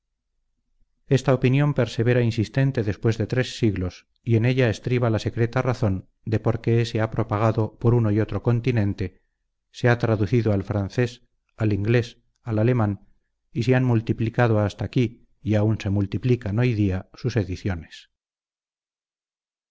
esta opinión persevera insistente después de tres siglos y en ella estriba la secreta razón de por qué se ha propagado por uno y otro continente se ha traducido al francés al inglés al alemán y se han multiplicado hasta aquí y aun se multiplican hoy día sus ediciones